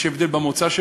יש שם הבדל של מוצא?